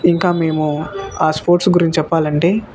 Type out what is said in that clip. ఇంకా మేము ఆ స్పోర్ట్స్ గురించి చెప్పాలంటే